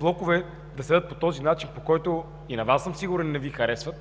блокове да седят по този начин, по който и на Вас съм сигурен, че ни Ви харесва,